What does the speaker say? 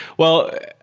well,